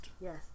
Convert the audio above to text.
Yes